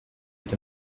est